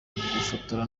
gufotora